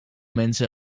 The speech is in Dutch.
mensen